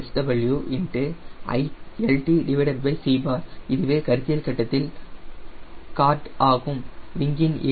l tc இதுவே கருத்தியல் கட்டத்தில் கார்டு ஆகும் விங்கின் a